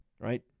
right